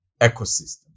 ecosystem